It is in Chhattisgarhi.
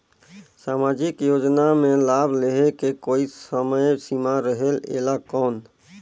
समाजिक योजना मे लाभ लहे के कोई समय सीमा रहे एला कौन?